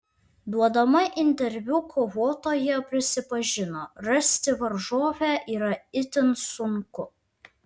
duodama interviu kovotoja prisipažino rasti varžovę yra itin sunku